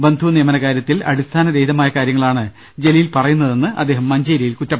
ബന്ധു നിയമന കാര്യത്തിൽ അടിസ്ഥാന രഹിതമായ കാര്യങ്ങളാണ് ജലീൽ പറയുന്നതെന്നും അദ്ദേഹം മഞ്ചേരിയിൽ പറഞ്ഞു